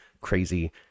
crazy